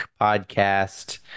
podcast